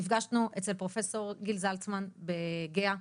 נפגשנו אצל פרופ' גיל זלצמן בגהה,